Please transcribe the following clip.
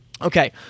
Okay